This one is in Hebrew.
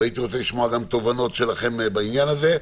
והייתי רוצה לשמוע גם תובנות שלכם בעניין הזה.